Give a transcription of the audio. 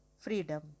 freedom